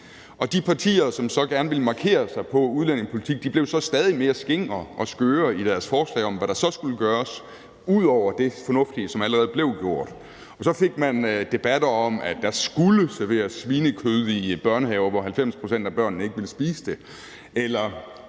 de partier, som så gerne ville markere sig på udlændingepolitikken, blev så stadig mere skingre og skøre i deres forslag om, hvad der så skulle gøres ud over det fornuftige, som allerede blev gjort. Og så fik man debatter om, at der skulle serveres svinekød i børnehaver, hvor 90 pct. af børnene ikke ville spise det,